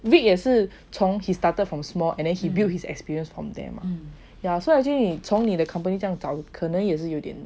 vick 也是从 he started from small and then he built his experience from there mah yeah so actually 从你的 company 这样找可能也是有点难